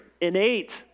innate